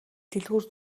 дэлгүүр